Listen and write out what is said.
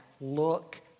look